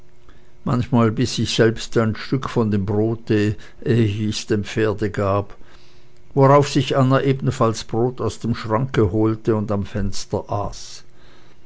manchmal biß ich selbst ein stück von dem brote ehe ich es dem pferde gab worauf sich anna ebenfalls brot aus dem schranke holte und am fenster aß